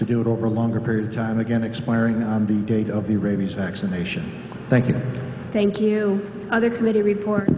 to do it over a longer period of time again expiring on the gate of the rabies vaccination thank you thank you other committee report